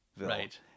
Right